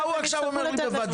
מה הוא אומר לי עכשיו "בוודאי"?